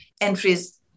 entries